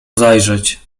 zajrzeć